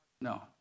No